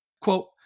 Quote